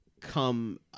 come